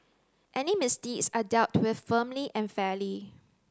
any misdeeds are dealt with firmly and fairly